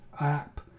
app